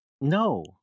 No